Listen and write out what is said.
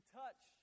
touch